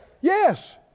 Yes